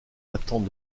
attente